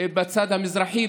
בצד המזרחי,